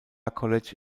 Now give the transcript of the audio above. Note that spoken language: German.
college